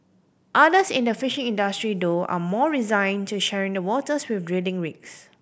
others in the fishing industry though are more resigned to sharing the waters with drilling rigs